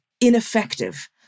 ineffective